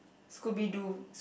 Scooby-Doo